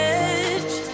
edge